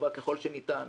טובה ככל שניתן,